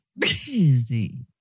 Crazy